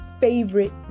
favorite